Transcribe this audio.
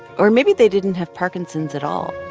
or maybe they didn't have parkinson's at all